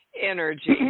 Energy